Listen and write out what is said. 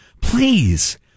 Please